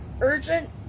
Urgent